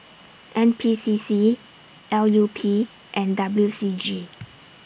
N P C C L U P and W C G